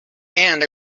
and